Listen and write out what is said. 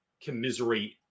commiserate